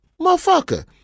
motherfucker